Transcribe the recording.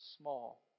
small